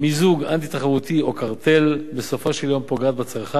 מיזוג אנטי-תחרותי או קרטל בסופו של יום פוגעת בצרכן,